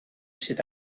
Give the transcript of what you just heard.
sydd